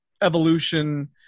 evolution